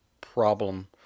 problem